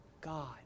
God